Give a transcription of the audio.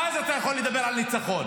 אז אתה יכול לדבר על ניצחון.